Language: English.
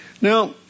Now